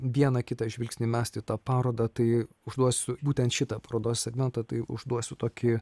vieną kitą žvilgsnį mesti tą parodą tai užduosiu būtent šitą parodos segmentą tai užduosiu tokį